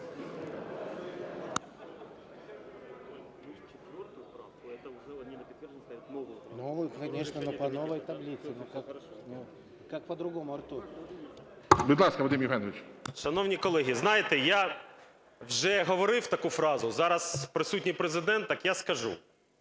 Шановні колеги, знаєте, я вже говорив таку фразу. Зараз присутній Президент, так я скажу.